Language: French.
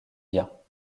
biens